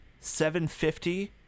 750